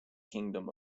kingdom